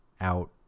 out